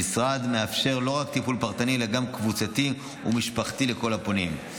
המשרד מאפשר לא רק טיפול פרטני אלא גם קבוצתי ומשפחתי לכל הפונים.